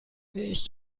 ich